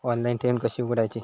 Online ठेव कशी उघडायची?